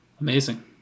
Amazing